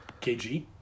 KG